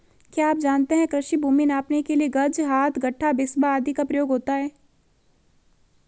क्या आप जानते है कृषि भूमि नापने के लिए गज, हाथ, गट्ठा, बिस्बा आदि का प्रयोग होता है?